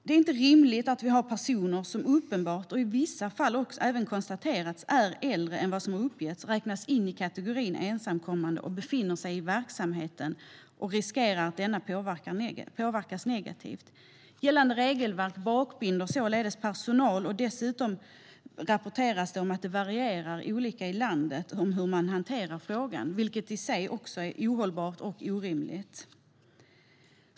Det är inte rimligt att vi har personer som uppenbart är äldre, och som i vissa fall har konstaterats vara äldre, än vad som har uppgetts och räknas in i kategorin ensamkommande barn och befinner sig i verksamheten och riskerar att denna påverkas negativt. Gällande regelverk bakbinder således personalen. Dessutom rapporteras det om att det varierar i landet när det gäller hur man hanterar frågan, vilket i sig också är ohållbart och orimligt.